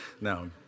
No